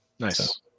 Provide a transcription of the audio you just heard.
Nice